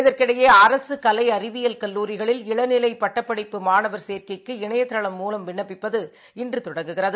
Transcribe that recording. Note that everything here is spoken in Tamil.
இதற்கிடையேஅரசுகலைஅறிவியல் கல்லூரிகளில் இளநிலைபட்டப்படிப்பு மாணவர் சேர்க்கைக்கு இணையதளம் மூலம் விண்ணப்பிப்பது இன்றுதொடங்குகிறது